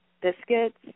biscuits